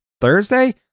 thursday